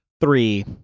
Three